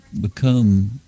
become